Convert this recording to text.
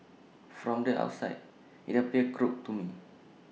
from the outside IT appeared crooked to me